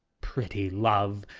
pretty love!